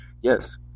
Yes